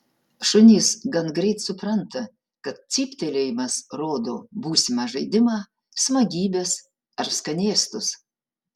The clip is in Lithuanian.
šunys gan greit supranta kad cyptelėjimas rodo būsimą žaidimą smagybes ar skanėstus